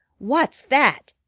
what's that?